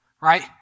right